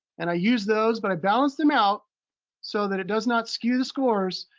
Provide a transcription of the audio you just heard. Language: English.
and i use those, but i balance them out so that it does not skew the scores.